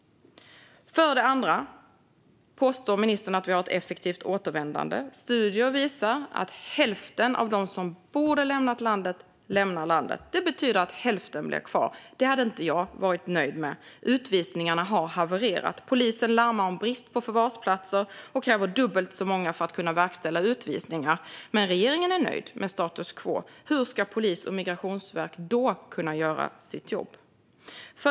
För det andra påstår ministern att vi har ett effektivt återvändande. Studier visar att hälften av dem som borde lämna landet gör det. Det betyder att hälften blir kvar. Det hade inte jag varit nöjd med. Utvisningarna har havererat. Polisen larmar om brist på förvarsplatser och kräver dubbelt så många för att kunna verkställa utvisningar. Regeringen är dock nöjd med status quo. Hur ska polis och migrationsverk då kunna göra sitt jobb?